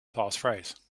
passphrase